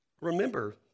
Remember